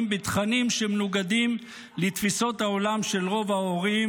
בתכנים שמנוגדים לתפיסות העולם של רוב ההורים